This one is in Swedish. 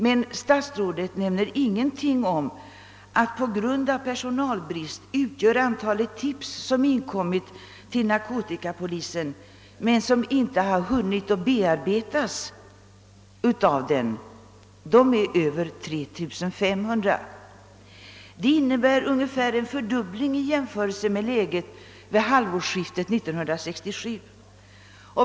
Men statsrådet nämner ingenting om att antalet tips som inkommit till narkotikapolisen men som på grund av personalbrist inte hunnit bearbetas av den uppgår till över 3 500. Det innebär ungefär en fördubbling i jämförelse med läget vid halvårsskiftet 1967.